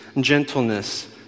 gentleness